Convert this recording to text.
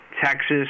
texas